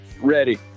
Ready